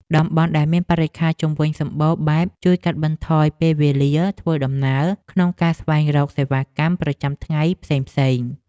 តំបន់ដែលមានបរិក្ខារជុំវិញសម្បូរបែបជួយកាត់បន្ថយពេលវេលាធ្វើដំណើរក្នុងការស្វែងរកសេវាកម្មប្រចាំថ្ងៃផ្សេងៗ។